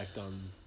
on